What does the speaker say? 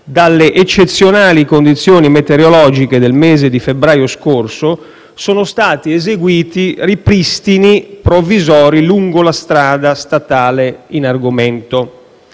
dalle eccezionali condizioni meteorologiche del mese di febbraio scorso, sono stati eseguiti ripristini provvisori lungo la strada statale in argomento.